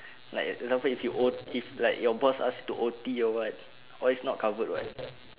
like example if you O if like your boss ask you to O_T or what all is not covered [what]